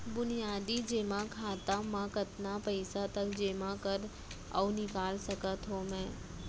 बुनियादी जेमा खाता म कतना पइसा तक जेमा कर अऊ निकाल सकत हो मैं?